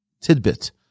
tidbit